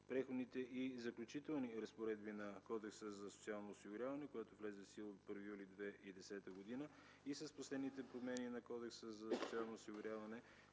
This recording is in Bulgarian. Преходните и заключителните разпоредби на Кодекса за социално осигуряване, която е в сила от 1 юли 2010 г. и с последните промени на Кодекса за социално осигуряване